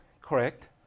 correct